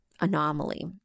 anomaly